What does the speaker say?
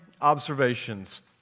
observations